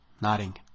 nodding